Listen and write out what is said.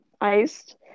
iced